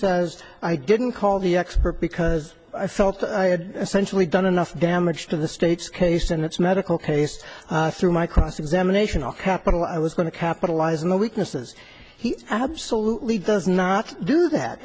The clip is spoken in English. says i didn't call the expert because i felt i had essentially done enough damage to the state's case in its medical case through my cross examination all capital i was going to capitalize on the weaknesses he absolutely does not do that